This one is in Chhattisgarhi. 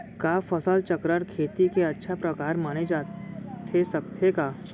का फसल चक्रण, खेती के अच्छा प्रकार माने जाथे सकत हे?